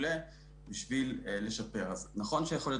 לכל מערכת